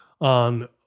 on